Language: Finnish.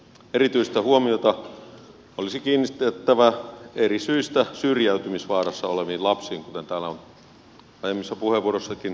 erityistä huomiota olisi kiinnitettävä eri syistä syrjäytymisvaarassa oleviin lapsiin kuten täällä on aiemmissakin puheenvuoroissa todettu